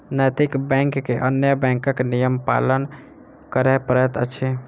नैतिक बैंक के अन्य बैंकक नियम पालन करय पड़ैत अछि